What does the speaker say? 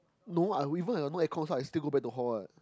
no I even if I got no aircon I also go back to the hall what